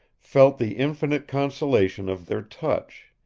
felt the infinite consolation of their touch.